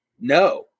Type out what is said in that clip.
no